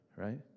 right